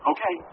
Okay